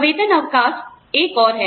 सवेतन अवकाश एक और है